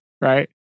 Right